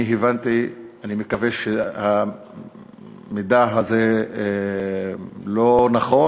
אני מקווה שהמידע הזה לא נכון,